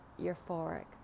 euphoric